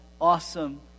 awesome